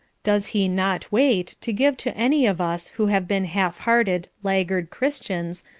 does he not wait to give to any of us who have been half-hearted laggard christians,